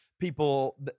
People